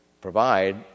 provide